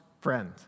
friend